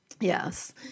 yes